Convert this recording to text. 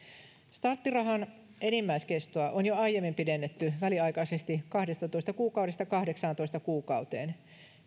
starttirahan enimmäiskestoa on jo aiemmin pidennetty väliaikaisesti kahdestatoista kuukaudesta kahdeksaantoista kuukauteen